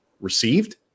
received